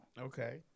Okay